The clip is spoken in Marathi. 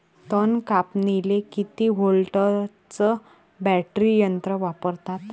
तन कापनीले किती व्होल्टचं बॅटरी यंत्र वापरतात?